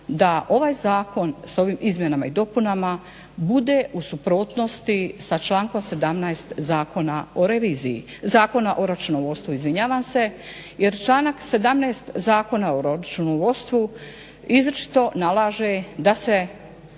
da ovaj zakon s ovim izmjenama i dopunama bude u suprotnosti sa člankom 17. Zakona o računovodstvu jer članak 17. Zakona o računovodstvu izričito nalaže da se